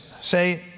Say